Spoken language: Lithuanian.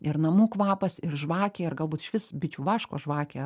ir namų kvapas ir žvakė ir galbūt išvis bičių vaško žvakė